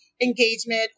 engagement